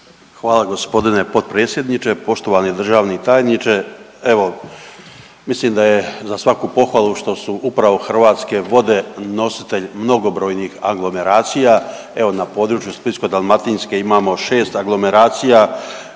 Hvala gospodine potpredsjedniče, poštovani državni tajniče. Evo mislim da je za svaku pohvalu što su upravo Hrvatske vode nositelj mnogobrojnih aglomeracija. Evo na području Splitsko-dalmatinske imamo 6 aglomeracija.